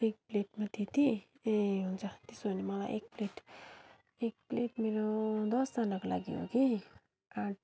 एक प्लेटमा त्यत्ति ए हुन्छ त्यसो भने मलाई एक प्लेट एक प्लेट मेरो दसजनाको लागि हो कि